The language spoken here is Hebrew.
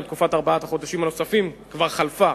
גם תקופת ארבעת החודשים הנוספים כבר חלפה.